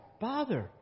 bother